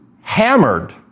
hammered